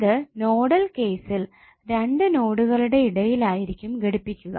ഇത് നോഡൽ കേസിൽ രണ്ട് നോടുകളുടെ ഇടയിലായിരിക്കും ഘടിപ്പിക്കുക